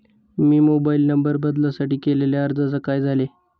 मी mobile number बदलासाठी केलेल्या अर्जाचे काय झाले?